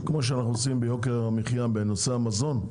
כמו שאנחנו עושים שיא ישיבות בנושא יוקר המחיה בנושא המזון,